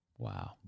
Wow